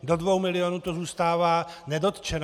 Do 2 milionů to zůstává nedotčeno.